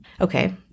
Okay